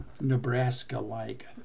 Nebraska-like